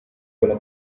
gonna